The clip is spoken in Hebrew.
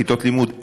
כיתות לימוד?